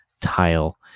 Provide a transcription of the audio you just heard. tile